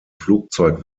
flugzeug